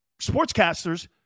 sportscasters